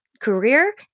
career